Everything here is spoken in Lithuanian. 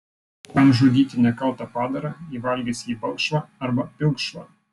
kam žudyti nekaltą padarą jei valgysi jį balkšvą arba pilkšvą